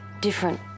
different